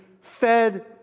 fed